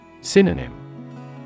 Synonym